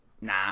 nah